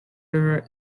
river